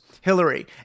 Hillary